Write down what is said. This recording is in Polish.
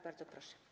Bardzo proszę.